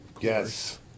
yes